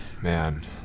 Man